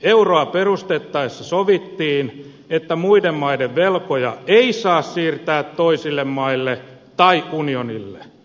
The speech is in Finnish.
euroa perustettaessa sovittiin että muiden maiden velkoja ei saa siirtää toisille maille tai unionille